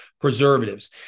preservatives